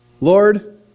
Lord